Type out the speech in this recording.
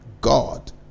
God